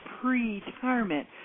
Pre-Retirement